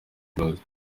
close